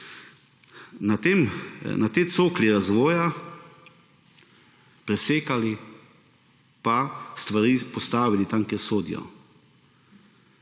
to coklo razvoja presekali pa stvari postavili tja, kamor sodijo.